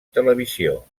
televisió